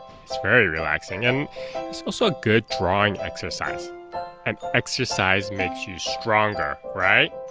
it's very relaxing and it's also a good drawing exercise and exercise makes you stronger right?